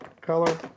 color